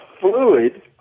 fluid